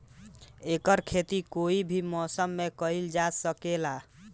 एकर खेती कोई भी मौसम मे कइल जा सके ला